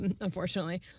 unfortunately